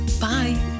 Bye